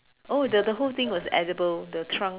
oh the the whole thing was edible the trunk